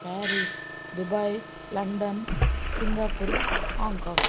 Paris Dubai London Singapore Hong Kong